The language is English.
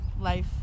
life